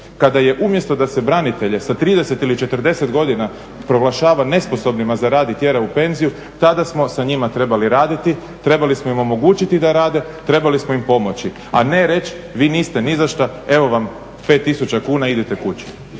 kada je umjesto da se branitelje sa 30 ili 40 godina proglašava nesposobnima za rad i tjera u penziju tada smo sa njima trebali raditi, trebali smo im omogućiti da rade, trebali smo im pomoći, a ne reći vi niste nizašto, evo vam 5000 kuna, idite kući.